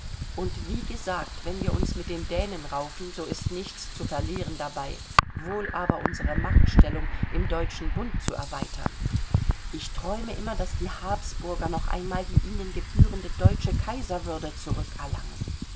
und wie gesagt wenn wir uns mit den dänen raufen so ist nichts zu verlieren dabei wohl aber unsere machtstellung im deutschen bund zu erweitern ich träume immer daß die habsburger noch einmal die ihnen gebührende deutsche kaiserwürde